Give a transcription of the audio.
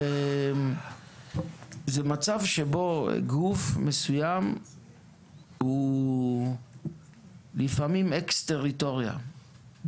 זה מצב שבו גוף מסוים הוא לפעמים אקס טריטוריה.